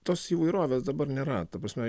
tos įvairovės dabar nėra ta prasme